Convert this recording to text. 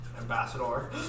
Ambassador